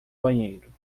banheiro